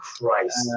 Christ